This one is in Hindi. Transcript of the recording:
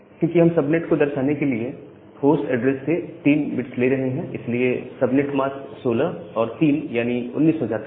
क्योंकि हम सबनेट को दर्शाने के लिए होस्ट एड्रेस से 3 बिट ले रहे हैं इसलिए सबनेट मास्क 16 और 3 यानी 19 हो जाता है